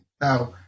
Now